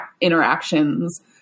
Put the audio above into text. interactions